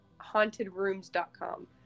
hauntedrooms.com